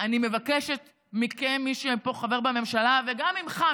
אני מבקשת מכם, ממי שחבר בממשלה פה, וגם ממך.